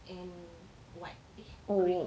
and white h~ grey